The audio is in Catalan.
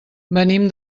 venim